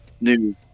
new